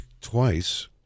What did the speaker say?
twice